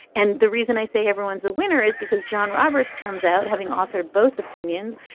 and the reason i say everyone's a winner is because john roberts comes out having authored both opinions,